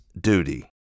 duty